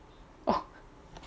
oh